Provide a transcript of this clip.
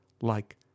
like